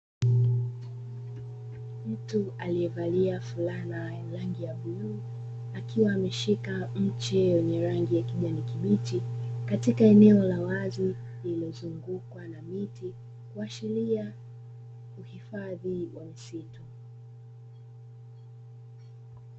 Mtu aliyevalia fulana yenye rangi ya bluu, akiwa amshika mche wenye rangi ya kijani kibichi katika eneo la wazi lililozungukwa na miti, kuashiria uhifadhi wa msitu.